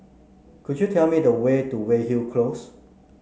could you tell me the way to Weyhill Close